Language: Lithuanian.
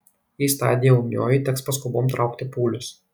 jei stadija ūmioji teks paskubom traukti pūlius